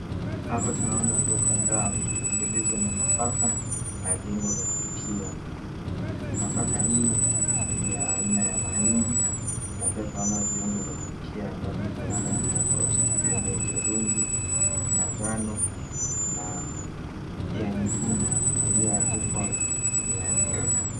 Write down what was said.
Hapa tunaona ndoo kadhaa zilizo na nafaka na viungo vya kupikia. Nafaka hii ni ya aina ya mahindi na pia tunaona viungo vya kupikia ambavyo viko na rangi tofauti vikiwemo hudhurungi, manjano na ya nyekundu ilioandikwa mia nne.